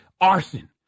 Arson